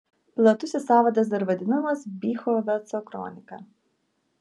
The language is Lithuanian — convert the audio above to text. platusis sąvadas dar vadinamas bychoveco kronika